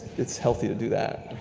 it's healthy to do that.